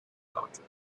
daughter